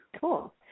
Cool